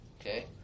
Okay